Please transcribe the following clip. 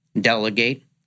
delegate